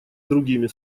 другими